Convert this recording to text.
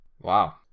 Wow